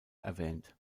erwähnt